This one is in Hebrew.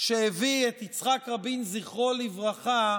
שהביא את יצחק רבין, זכרו לברכה,